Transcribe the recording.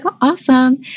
awesome